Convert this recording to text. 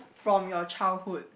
from your childhood